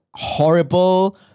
horrible